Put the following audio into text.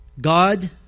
God